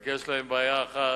רק יש בהם בעיה אחת,